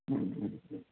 മ്മ് മ്മ്